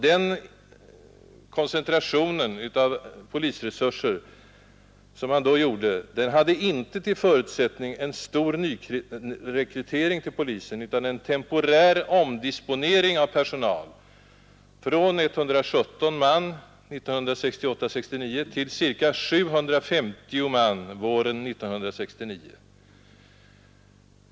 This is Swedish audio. Den koncentration av polisresurser som man då gjorde hade inte till förutsättning en stor nyrekrytering utan det var fråga om en temporär omdisponering av personal, från 117 man 1968-1969 till ca 750 man våren 1969.